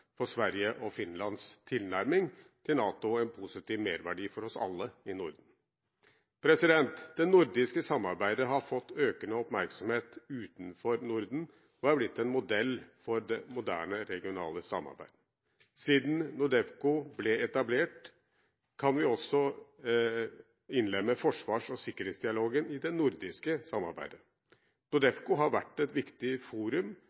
for Sveriges og Finlands tilnærming til NATO en positiv merverdi for oss alle i Norden. Det nordiske samarbeidet har fått økende oppmerksomhet utenfor Norden og er blitt en modell for det moderne regionale samarbeidet. Siden NORDEFCO ble etablert, kan vi også innlemme forsvars- og sikkerhetsdialogen i det nordiske samarbeidet. NORDEFCO har vært et viktig forum